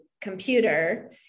computer